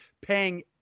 paying